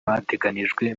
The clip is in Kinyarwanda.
bateganijwe